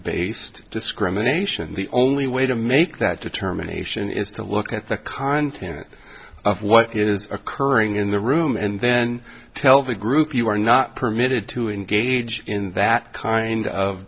based discrimination the only way to make that determination is to look at the content of what is occurring in the room and then tell the group you are not permitted to engage in that kind of